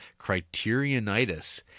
criterionitis